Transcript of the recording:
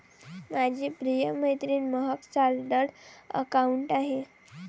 माझी प्रिय मैत्रीण महक चार्टर्ड अकाउंटंट आहे